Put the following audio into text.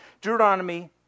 Deuteronomy